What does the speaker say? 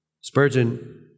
Spurgeon